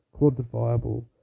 quantifiable